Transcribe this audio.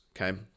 okay